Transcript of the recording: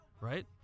right